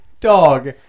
Dog